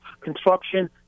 construction